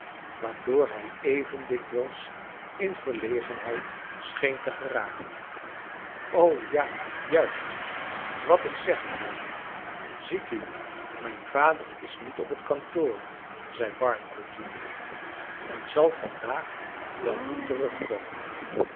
waardoor hij even dikwijls in verlegenheid scheen te geraken ja juist wat ik zeggen wil ziet u mijn vader is niet op het kantoor zei barnacle j unior en zal vandaag wel niet terugkomen